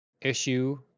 issue